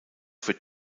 für